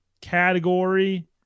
category